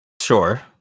sure